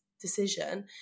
decision